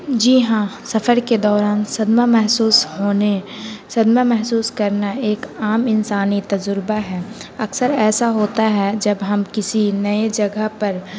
جی ہاں سفر کے دوران صدمہ محسوس ہونے صدمہ محسوس کرنا ایک عام انسانی تجربہ ہے اکثر ایسا ہوتا ہے جب ہم کسی نئے جگہ پر